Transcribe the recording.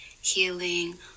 healing